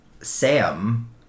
Sam